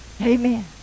Amen